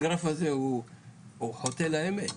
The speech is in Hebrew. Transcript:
הגרף הזה הוא חוטא לאמת,